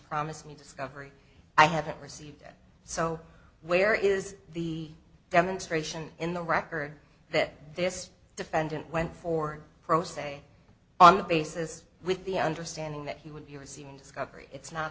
promised me discovery i haven't received it so where is the demonstration in the record that this defendant went for pro se on the basis with the understanding that he would be receiving discovery it's not